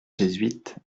jésuite